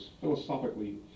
philosophically